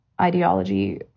ideology